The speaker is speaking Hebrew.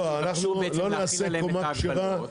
אפשר להחיל עליהם את ההגבלות.